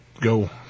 go